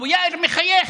אבו יאיר מחייך,